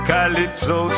Calypso